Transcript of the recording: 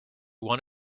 want